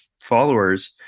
followers